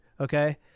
okay